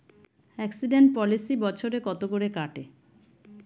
Accident policy বছরে কত করে কাটে?